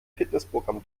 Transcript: fitnessprogramm